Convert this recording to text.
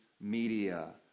media